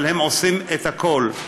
אבל הם עושים את הכול.